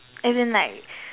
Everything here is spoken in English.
as in like